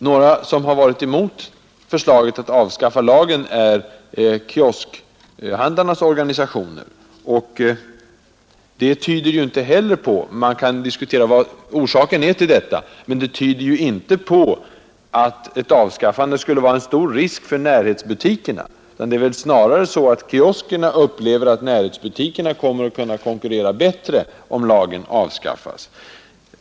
Några som har varit emot förslaget att avskaffa lagen är kioskhandlarnas organisationer. Man kan diskutera vad orsaken är till detta. Men det tyder inte på att ett avskaffande skulle vara en stor risk för närhetsbutikerna. Det är snarare så att kioskhanglarna anser att närhetsbutikerna kommer att kunna konkurrera bättre, om lagen avskaffas.